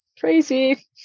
crazy